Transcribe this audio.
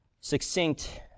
succinct